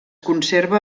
conserva